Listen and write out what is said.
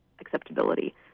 acceptability